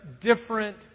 different